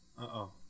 Uh-oh